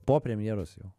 po premjeros jau